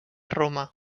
roma